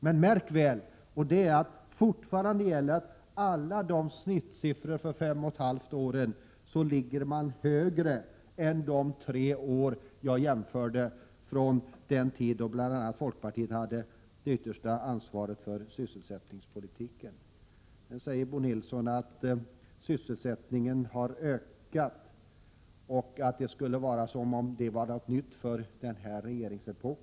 Men märk väl att alla snittsiffror för de 5,5 åren ligger högre än de tre år jag jämförde med — bl.a. den tid då folkpartiet hade det yttersta ansvaret för sysselsättningspolitiken. Bo Nilsson säger också att sysselsättningen har ökat — som om det vore 85 något nytt för den här regeringstiden.